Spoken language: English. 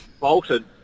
bolted